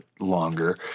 longer